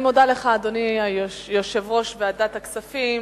אני מודה לך, אדוני יושב-ראש ועדת הכספים.